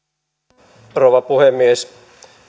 arvoisa rouva puhemies